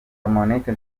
monique